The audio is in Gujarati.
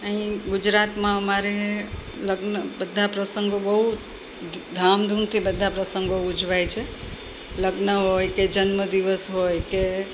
અહી ગુજરાતમાં અમારે લગ્ન બધાં પ્રસંગો બહુ ધામધૂમથી બધા પ્રસંગો ઉજવાય છે લગ્ન હોય કે જન્મદિવસ હોય કે